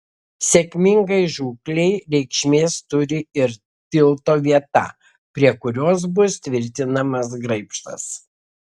sėkmingai žūklei reikšmės turi ir tilto vieta prie kurios bus tvirtinamas graibštas